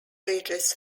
ridges